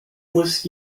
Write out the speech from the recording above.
muss